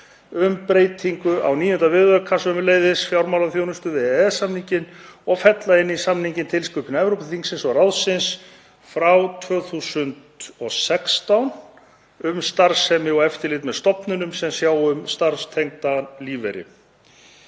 um breytingu á IX. viðauka, fjármálaþjónusta, við EES-samninginn og fella inn í samninginn tilskipun Evrópuþingsins og ráðsins frá 2016 um starfsemi og eftirlit með stofnunum sem sjá um starfstengdan lífeyri.